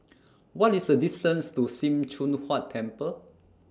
What IS The distance to SIM Choon Huat Temple